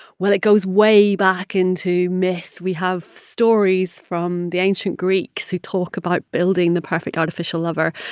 well, it goes way back into myth. we have stories from the ancient greeks who talk about building the perfect artificial lover.